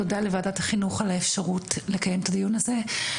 תודה לוועדת החינוך על האפשרות לקיים את הדיון הזה.